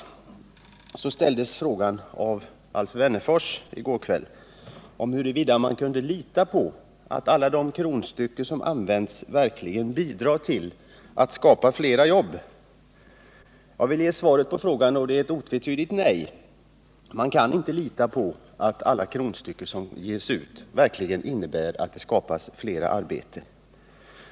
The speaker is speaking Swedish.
Alf Wennerfors ställde i går kväll frågan om man kunde lita på att alla de kronstycken som används verkligen bidrar till att skapa fler jobb. Svaret på frågan blir ett otvetydigt nej. Man kan inte lita på att alla kronstycken som ges ut verkligen innebär att det skapas fler arbeten.